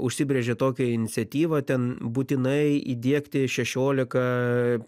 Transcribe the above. užsibrėžė tokią iniciatyvą ten būtinai įdiegti šešiolika